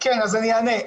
--- אני אענה.